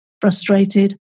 frustrated